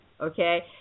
okay